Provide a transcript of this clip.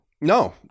No